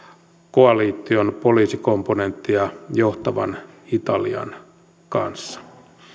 koalition poliisikomponenttia johtavan italian kanssa